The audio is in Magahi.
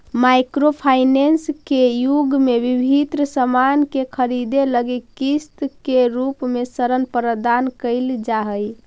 माइक्रो फाइनेंस के युग में विभिन्न सामान के खरीदे लगी किस्त के रूप में ऋण प्रदान कईल जा हई